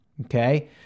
okay